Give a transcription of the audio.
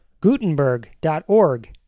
Gutenberg.org